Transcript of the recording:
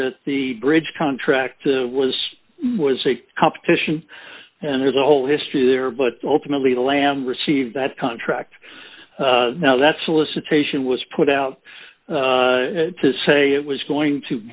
that the bridge contract was was a competition and there's a whole history there but ultimately the lamb received that contract now that solicitation was put out to say it was going to